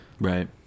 right